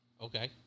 Okay